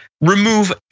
remove